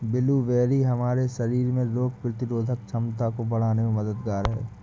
blueberry हमारे शरीर में रोग प्रतिरोधक क्षमता को बढ़ाने में मददगार है